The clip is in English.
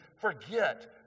forget